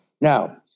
Now